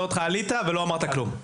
עלית, אבל לא אמרת כלום.